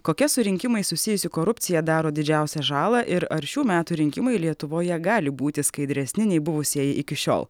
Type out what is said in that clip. kokia su rinkimais susijusi korupcija daro didžiausią žalą ir ar šių metų rinkimai lietuvoje gali būti skaidresni nei buvusieji iki šiol